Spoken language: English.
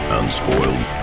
unspoiled